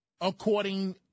according